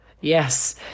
Yes